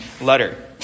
letter